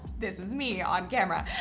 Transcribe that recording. this is me on camera.